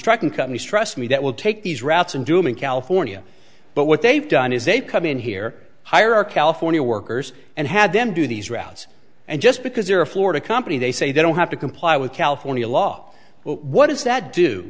trucking companies trust me that will take these routes and do them in california but what they've done is they've come in here hire our california workers and had them do these routes and just because they're a florida company they say they don't have to comply with california law what does that d